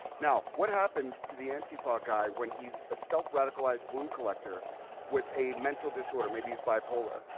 now what happens to the antifa guy when he's a self-radicalized wound collector with a mental disorder? maybe he's bipolar.